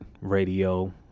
Radio